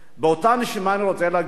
באותה נשימה אני רוצה להגיד לך,